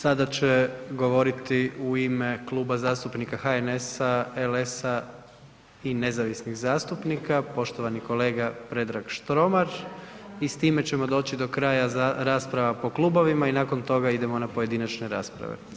Sada će govoriti u ime Kluba zastupnika HNS-a, LS-a i nezavisnih zastupnika, poštovani kolega Predrag Štromar i s time ćemo doći do kraja s raspravama po klubovima i nakon toga idemo na pojedinačne rasprave.